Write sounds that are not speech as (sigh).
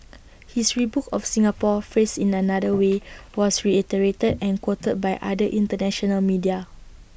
(noise) his rebuke of Singapore phrased in another way was reiterated and quoted by other International media